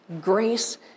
grace